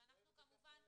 אנחנו כמובן,